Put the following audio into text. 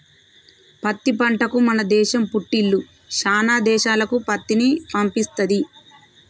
పత్తి పంటకు మన దేశం పుట్టిల్లు శానా దేశాలకు పత్తిని పంపిస్తది